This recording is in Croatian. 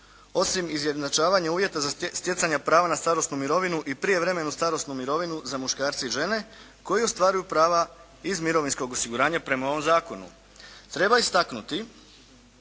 osim izjednačavanja uvjeta za stjecanje prava na starosnu mirovinu i prijevremenu starosnu mirovinu za muškarce i žene koji ostvaruju prava iz mirovinskog osiguranja prema ovom zakonu. Treba istaknuti